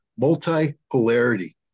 multipolarity